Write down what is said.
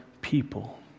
people